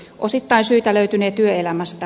osittain syitä löytynee työelämästä